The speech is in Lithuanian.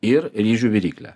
ir ryžių viryklė